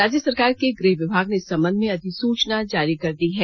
राज्य सरकार के गृह विभाग ने इस संबंध में अधिसूचना जारी कर दी है